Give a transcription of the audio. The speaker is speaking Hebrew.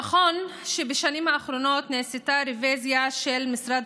נכון שבשנים האחרונות נעשתה רוויזיה של משרד